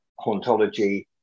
hauntology